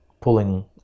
pulling